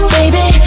Baby